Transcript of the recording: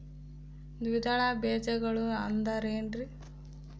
ದ್ವಿದಳ ಬೇಜಗಳು ಅಂದರೇನ್ರಿ?